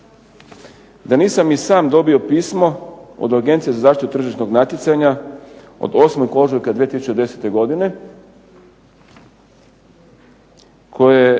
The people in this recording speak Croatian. da nisam i sam dobio pismo od Agencije za zaštitu tržišnog natjecanja od 8. ožujka 2010. godine koje